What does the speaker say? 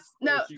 No